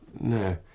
No